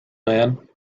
man